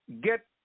get